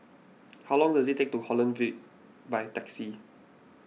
how long does it take to Holland Hill by taxi